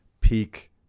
peak